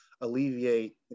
alleviate